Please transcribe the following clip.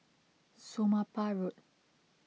Somapah Road